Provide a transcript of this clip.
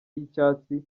y’icyatsi